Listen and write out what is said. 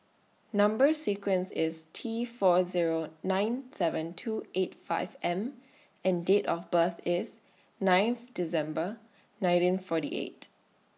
Number sequence IS T four Zero nine seven two eight five M and Date of birth IS ninth December nineteen forty eight